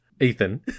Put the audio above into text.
Ethan